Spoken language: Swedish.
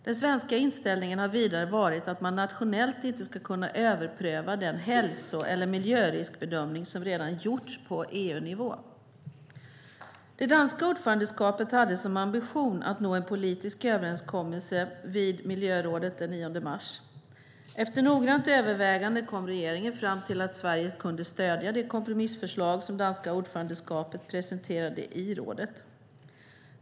Den svenska inställningen har vidare varit att man nationellt inte ska kunna överpröva den hälso eller miljöriskbedömning som redan gjorts på EU-nivå. Det danska ordförandeskapet hade som ambition att nå en politisk överenskommelse vid miljörådet den 9 mars. Efter noggrant övervägande kom regeringen fram till att Sverige kunde stödja det kompromissförslag som danska ordförandeskapet presenterade i rådet.